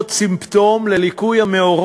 נושא השוויון בנטל זה עוד סימפטום לליקוי המאורות